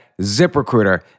ZipRecruiter